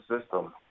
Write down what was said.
system